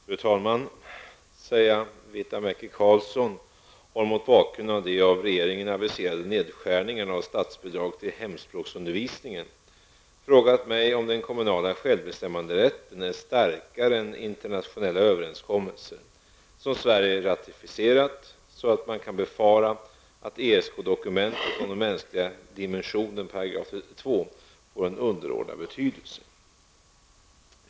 Fru talman! Seija Viitamäki-Carlsson har mot bakgrund av de av regeringen aviserade nedskärningarna av statsbidrag till hemspråksundervisningen frågat mig om den kommunala självbestämmanderätten är starkare än internationella överenskommelser som Sverige ratificerat, så att man kan befara att ESK får en underordnad betydelse.